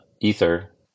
ether